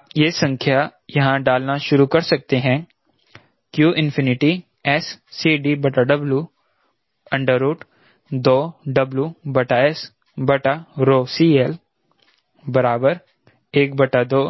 तो आप यह संख्या यहां डालना शुरू कर सकते हैं qSCD W2WSCL 122WSCLSCD